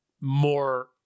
more